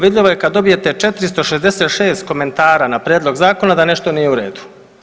Vidljivo je kada dobijete 466 komentara na Prijedlog zakona da nešto nije u redu.